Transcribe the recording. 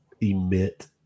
emit